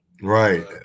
Right